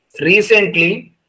recently